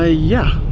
ah yeah,